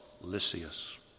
Lysias